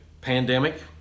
pandemic